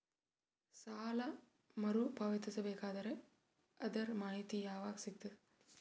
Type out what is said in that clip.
ಸಾಲ ಮರು ಪಾವತಿಸಬೇಕಾದರ ಅದರ್ ಮಾಹಿತಿ ಯವಾಗ ಸಿಗತದ?